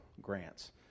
grants